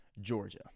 Georgia